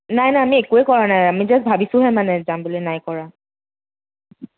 নাই নাই আমি একোৱে কৰা নাই আমি জাষ্ট ভাবিছোঁহে মানে যাম বুলি নাই কৰা